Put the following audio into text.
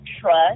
trust